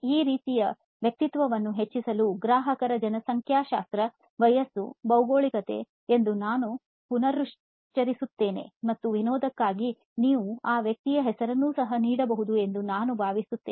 ಆ ರೀತಿಯ ವ್ಯಕ್ತಿತ್ವವನ್ನು ಹೆಚ್ಚಿಸಲು ಗ್ರಾಹಕರ ಜನಸಂಖ್ಯಾಶಾಸ್ತ್ರ ವಯಸ್ಸು ಭೌಗೋಳಿಕತೆ ಎಂದು ನಾನು ಪುನರುಚ್ಚರಿಸುತ್ತೇನೆ ಮತ್ತು ವಿನೋದಕ್ಕಾಗಿ ನೀವು ಆ ವ್ಯಕ್ತಿಗೆ ಹೆಸರನ್ನು ಸಹ ನೀಡಬಹುದು ಎಂದು ನಾನು ಭಾವಿಸುತ್ತೇನೆ